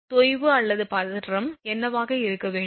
தொய்வு மற்றும் பதற்றம் என்னவாக இருக்க வேண்டும்